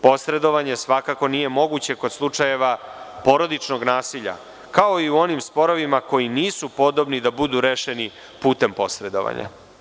Posredovanje svakako nije moguće kod slučajeva porodičnog nasilja, kao i u onim sporovima koji nisu podobni da budu rešeni putem posredovanja.